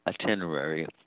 itinerary